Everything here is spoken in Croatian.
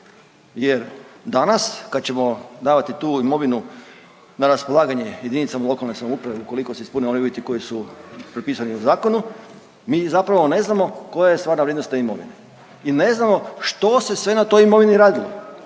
jer danas kad ćemo davati tu imovinu na raspolaganje jedinicama lokalne samouprave ukoliko se ispune ovi uvjeti koji su propisani zakonom mi zapravo ne znamo koja je stvarna vrijednost te imovine i ne znamo što se sve na toj imovini radi.